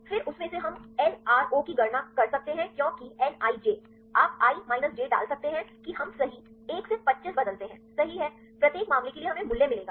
फिर उसमें से हम LRO की गणना कर सकते हैं क्योंकि nij आप i minus j डाल सकते हैं कि हम सही 1 से 25 बदलते हैं सही है प्रत्येक मामले के लिए हमें मूल्य मिलेगा